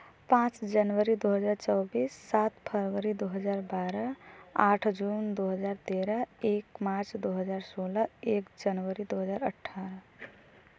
पाँच जनवरी दो हज़ार चौबिस सात फरवरी दो हज़ार बारा आठ जून दो हज़ार तेरह एक मार्च दो हज़ार सोलह एक जनवरी दो हज़ार अठारह